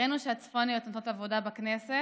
הראינו שהצפוניות עושות עבודה בכנסת.